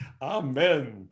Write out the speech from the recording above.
Amen